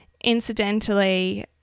Incidentally